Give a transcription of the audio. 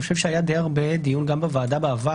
אני חושב שהיה די הרבה דיון גם בוועדה בעבר